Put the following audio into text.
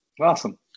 awesome